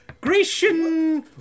Grecian